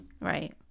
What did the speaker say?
Right